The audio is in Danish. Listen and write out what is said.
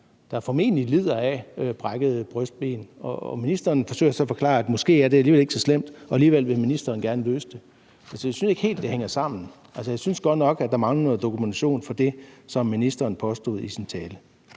der formentlig lider af brækkede brystben. Og ministeren forsøger så at forklare, at måske er det alligevel ikke så slemt, og alligevel vil ministeren gerne løse det. Så jeg synes ikke helt, det hænger sammen. Altså, jeg synes godt nok, at der mangler noget dokumentation for det, som ministeren påstod i sin tale.